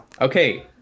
okay